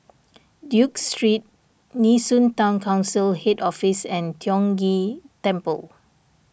Duke Street Nee Soon Town Council Head Office and Tiong Ghee Temple